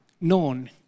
known